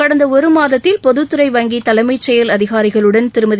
கடந்த ஒருமாதத்தில் பொதுத்துறை வங்கி தலைமை செயல் அதிகாரிகளுடன் திருமதி